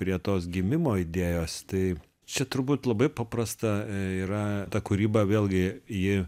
prie tos gimimo idėjos tai čia turbūt labai paprasta yra ta kūryba vėlgi ji